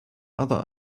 other